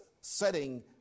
setting